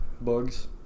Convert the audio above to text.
bugs